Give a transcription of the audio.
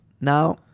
Now